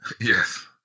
Yes